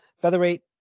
featherweight